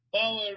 power